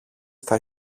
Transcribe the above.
στα